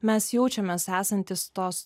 mes jaučiamės esantys tos